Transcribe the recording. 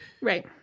Right